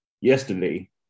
yesterday